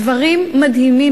דברים מדהימים.